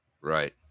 Right